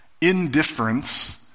Indifference